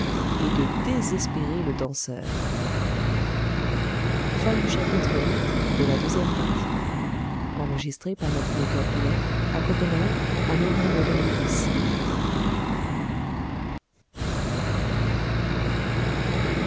et de désespérer le danseur ix